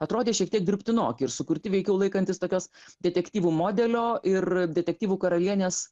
atrodė šiek tiek dirbtinoki ir sukurti veikiau laikantis tokios detektyvų modelio ir detektyvų karalienės